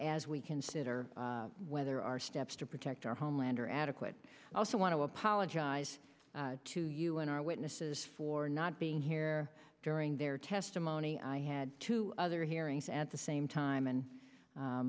as we consider whether our steps to protect our homeland are adequate i also want to apologize to you and our witnesses for not being here during their testimony i had two other hearings at the same time and